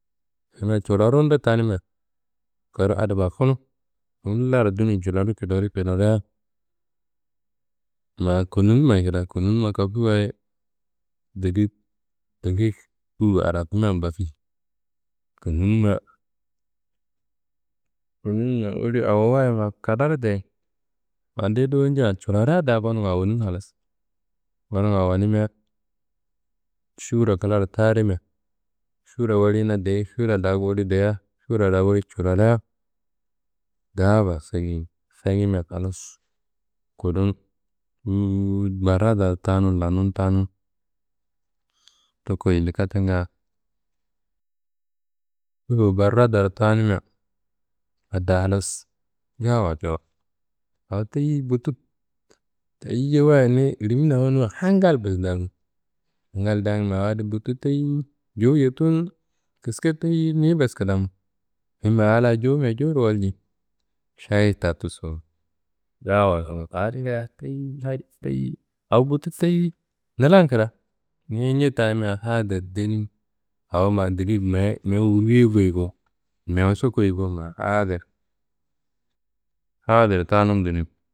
Kina culorundo tanimia, kuru adi bafunu ngillaro dunum culoru culoru culoria ma konnunummayi kida konnunumma kafuwayi degig degig uwu arakumia bafi. Konnunumma konnunumma woli awowayi ma kadaro deyi. Fandeyi dowonjea culoria da gonum awonun halas, gonum awonimia šuwurra klaro tarimia, šuwurra woliyina deyi, šuwurra da woli deyia, šuwurra da woli culoria daaba sengimi, sengimia halas kudum buwuwut barada tanum lanum tanum toko yindi katenga. Towo barada tanimia adi da halas. Gawaso awo teyiyi buttu aye wayi niyi lirimina manimiwa hangal bes daange, hangal daangimia awo adi buttu teyi jowuye tunu kiske teyi niyi bes kidamo. Niyi ma a la jowumia jowuro walji. Šayi tattuso, gawaso a adi ngaayo teyiyi teyiyi awo buttu teyiyi, nilan kida. Niyi ñea tamia hadir denimi awo ma degig mewu mewuwuriye goyi bo, mewuso koyi bo ma hadir. Hadir tanun dunimi.